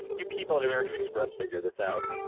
so you people in american express figure this out.